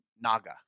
Naga